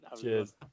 Cheers